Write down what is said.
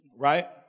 Right